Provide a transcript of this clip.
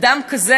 אדם כזה,